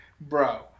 Bro